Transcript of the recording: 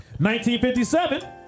1957